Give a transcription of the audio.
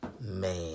man